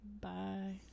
Bye